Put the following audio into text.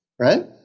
right